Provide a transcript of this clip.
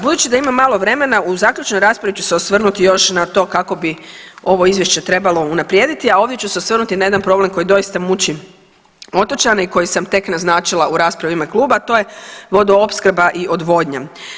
Budući da imam malo vremena u zaključnoj raspravi ću se osvrnuti još na to kako bi ovo izvješće trebalo unaprijediti, a ovdje ću se osvrnuti na jedan problem koji doista muči otočane i koji sam tek naznačila u raspravi u ime kluba, a to je vodoopskrba i odvodnja.